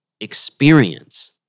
experience